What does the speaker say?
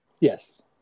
yes